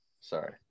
Sorry